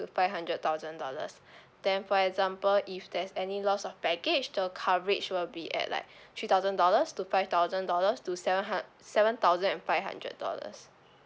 to five hundred thousand dollars then for example if there's any loss of baggage the coverage will be at like three thousand dollars to five thousand dollars to seven hun~ seven thousand and five hundred dollars